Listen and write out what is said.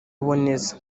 boneza